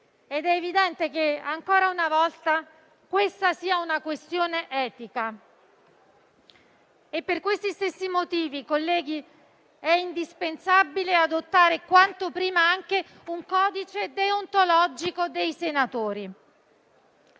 È evidente che, ancora una volta, si tratta di una questione etica e per questi stessi motivi, colleghi, è indispensabile adottare quanto prima anche un codice deontologico dei senatori.